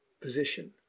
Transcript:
position